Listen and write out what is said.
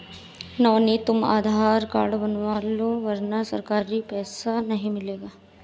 नवनीत तुम आधार कार्ड बनवा लो वरना सरकारी पैसा नहीं मिलेगा